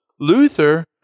Luther